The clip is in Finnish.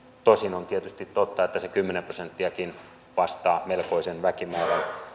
tosin on tietysti totta että se kymmenen prosenttiakin vastaa melkoisen väkimäärän